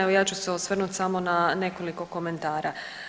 Evo ja ću se osvrnuti samo na nekoliko komentara.